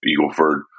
Eagleford